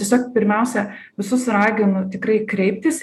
tiesiog pirmiausia visus raginu tikrai kreiptis